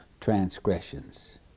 transgressions